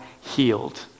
healed